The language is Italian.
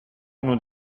uno